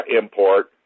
import